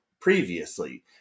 previously